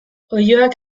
oiloak